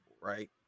right